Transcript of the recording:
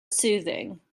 soothing